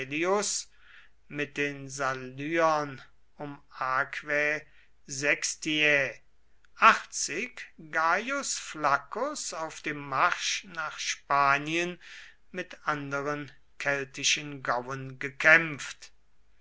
mit den salyern um aquae sextiae gaius flaccus auf dem marsch nach spanien mit anderen keltischen gauen gekämpft